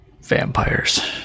vampires